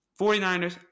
49ers